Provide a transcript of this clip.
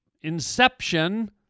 inception